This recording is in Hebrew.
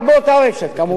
רק באותה רשת, כמובן.